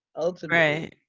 ultimately